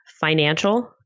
financial